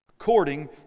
according